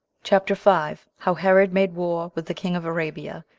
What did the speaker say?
chapter five. how herod made war with the king of arabia,